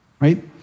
Right